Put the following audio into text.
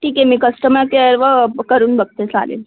ठीक आहे मी कस्टमर केयरवर बं करून बघते चालेल